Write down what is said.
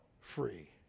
free